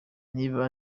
niba